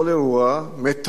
מתחקר אותו,